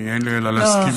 אין לי אלא להסכים,